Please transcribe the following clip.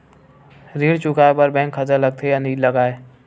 ऋण चुकाए बार बैंक खाता लगथे या नहीं लगाए?